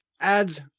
Ads